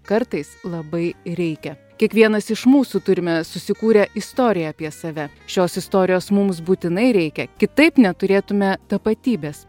kartais labai ir reikia kiekvienas iš mūsų turime susikūrę istoriją apie save šios istorijos mums būtinai reikia kitaip neturėtume tapatybės